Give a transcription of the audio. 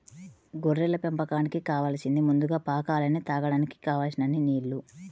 గొర్రెల పెంపకానికి కావాలసింది ముందుగా పాక అలానే తాగడానికి కావలసినన్ని నీల్లు